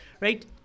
Right